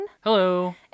Hello